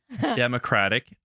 Democratic